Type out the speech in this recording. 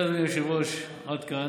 אם כן, אדוני היושב-ראש, עד כאן.